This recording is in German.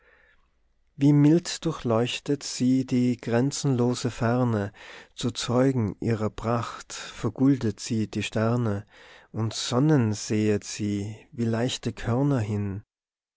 wie mild durchleuchtet sie die grenzenlose ferne zu zeugen ihrer pracht vergoldet sie die sterne und sonnen säet sie wie leichte körner hin